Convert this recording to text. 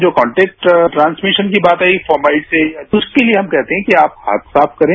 जो contact transmission की बात आई फाउमलिटी की तो उसके लिए हम कहते हैं कि आप हाथ साफ करें